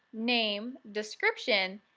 name, description,